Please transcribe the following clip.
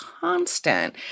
constant